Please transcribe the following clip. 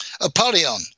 apollyon